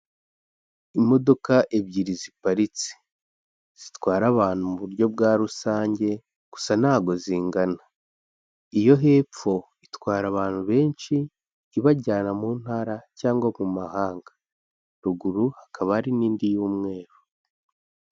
Imodoka ebyiri ziparitse zitwara abantu mu buryo bwa rusange, gusa ntabwo zingana, iyo hepfo itwara abantu benshi ibajyana mu ntara cyangwa mu mahanga, ruguru hakaba hari n'indi y'umweru.